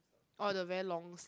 orh the very long s~